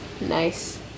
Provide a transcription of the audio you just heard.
Nice